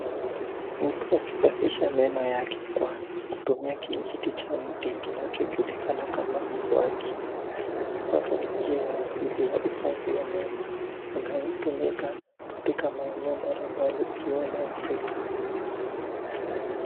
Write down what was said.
Mtu akisafisha meno yake kwa kutumia kijiti cha mti kinachojulikana kama mswaki. Mswaki ni njia ya asili ya usafi wa meno unaotumika katika maeneo mbalimbali ikiwemo Afrika.